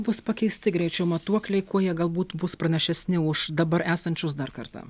bus pakeisti greičio matuokliai kuo jie galbūt bus pranašesni už dabar esančius dar kartą